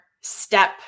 step